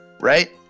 Right